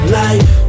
life